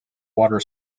water